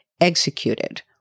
executed